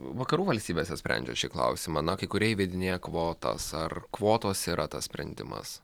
vakarų valstybėse sprendžia šį klausimą na kai kurie įvedinėja kvotas ar kvotos yra tas sprendimas